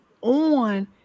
on